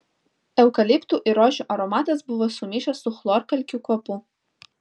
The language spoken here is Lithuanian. eukaliptų ir rožių aromatas buvo sumišęs su chlorkalkių kvapu